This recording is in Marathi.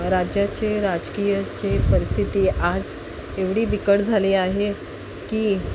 राज्याचे राजकीयाची परिस्थिती आज एवढी बिकट झाली आहे की